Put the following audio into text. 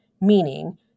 meaning